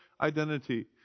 Identity